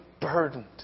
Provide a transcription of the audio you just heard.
burdened